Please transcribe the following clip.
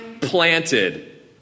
planted